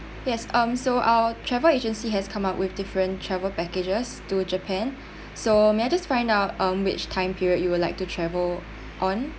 yes um so our travel agency has come up with different travel packages to japan so may I just find out um which time period you would like to travel on